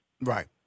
Right